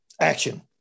action